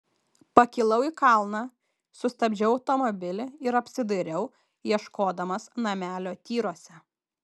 pakilau į kalną sustabdžiau automobilį ir apsidairiau ieškodamas namelio tyruose